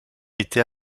était